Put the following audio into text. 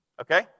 Okay